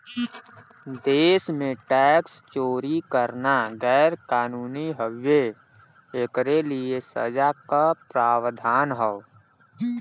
देश में टैक्स चोरी करना गैर कानूनी हउवे, एकरे लिए सजा क प्रावधान हौ